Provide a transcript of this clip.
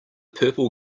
purple